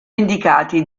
indicati